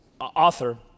author